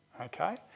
Okay